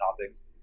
topics